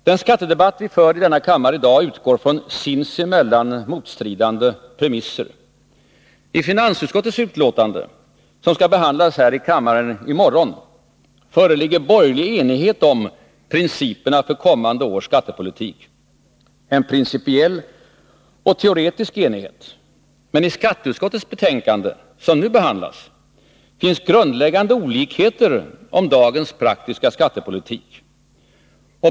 Den skattedebatt vi för i denna kammare i dag utgår från sinsemellan motstridande premisser. I finansutskottets betänkande, som skall behandlas här i kammaren i morgon, föreligger borgerlig enighet om principerna för kommande års skattepolitik — en principiell och teoretisk enighet. Men i skatteutskottets betänkande, som nu behandlas, finns grundläggande olikheter om dagens praktiska skattepolitik.